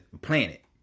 planet